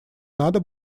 надо